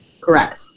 Correct